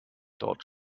dort